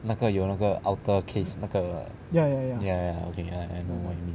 那个有那个 outer case 那个 ya ya okay I know what you mean